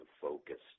focused